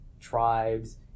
tribes